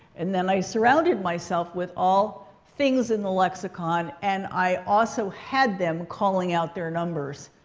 and then, i surrounded myself with all things in the lexicon. and i also had them calling out their numbers.